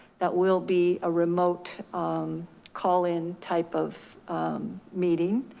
that will be a remote um call in type of meeting